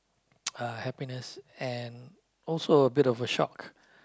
uh happiness and also a bit of a shock